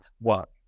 work